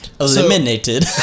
Eliminated